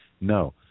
No